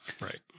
Right